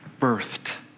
birthed